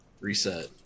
reset